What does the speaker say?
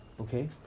Okay